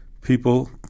people